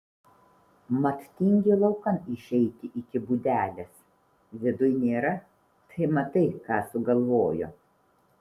mat tingi laukan išeiti iki būdelės viduj nėra tai matai ką sugalvojo